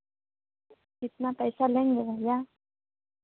कितना पैसा लेंगे भैया